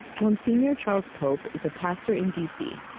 monsignor charles pope is a pastor in d c.